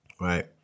Right